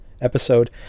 episode